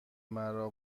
مرا